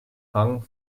hung